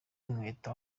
inkweto